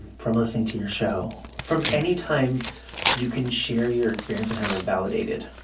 and from listening to your show, from any time you can share your experience and have it validated.